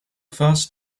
first